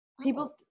people